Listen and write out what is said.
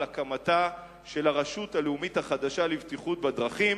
הקמתה של הרשות הלאומית החדשה לבטיחות בדרכים,